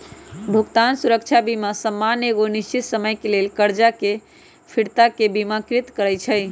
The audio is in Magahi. भुगतान सुरक्षा बीमा सामान्य एगो निश्चित समय के लेल करजा के फिरताके बिमाकृत करइ छइ